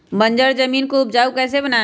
बंजर जमीन को उपजाऊ कैसे बनाय?